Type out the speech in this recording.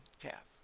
calf